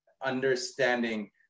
understanding